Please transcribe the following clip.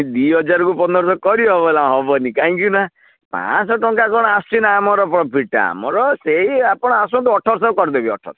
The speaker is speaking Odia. ଦୁଇ ହଜାରକୁ ପନ୍ଦର ଶହ କରିହେବ ନା ହେବନି କାହିଁକିନା ପାଞ୍ଚ ଶହ ଟଙ୍କା କ'ଣ ଆସୁଛି ନା ଆମର ପ୍ରଫିଟ୍ଟା ଆମର ସେଇ ଆପଣ ଆସନ୍ତୁ ଅଠରଶହ କରିଦେବି ଅଠରଶହ